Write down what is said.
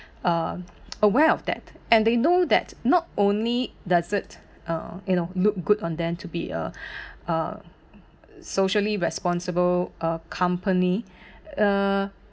uh aware of that and they know that not only does it uh you know look good on them to be a a socially responsible uh company ah